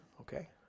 Okay